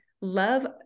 love